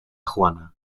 juana